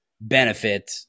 benefit